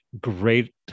great